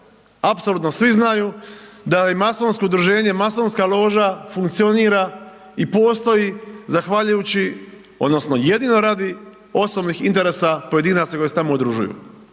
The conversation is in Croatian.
apsolutno svi znaju da je masonsko udruženje, masonska loža funkcionira i postoji zahvaljujući, odnosno jedino radi osobnih interesa pojedinaca koji se tamo udružuju.